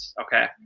Okay